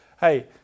Hey